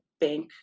bank